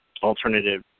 alternative